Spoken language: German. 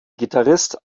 gitarrist